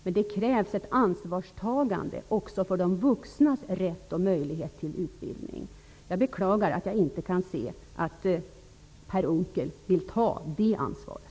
Men det krävs ett ansvarstagande också för de vuxnas rätt och möjlighet till utbildning. Jag beklagar att jag inte kan se att Per Unckel vill ta det ansvaret.